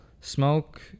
smoke